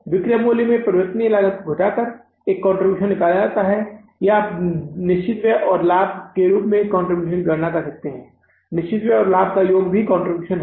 विक्रय मूल्य में परिवर्तनीय लागत को घटाकर एक कंट्रीब्यूशन निकला जाता है या आप निश्चित व्यय और लाभ के रूप में कंट्रीब्यूशन की गणना कर सकते हैं निश्चित व्यय और लाभ का योग भी कंट्रीब्यूशन है